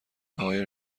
آقای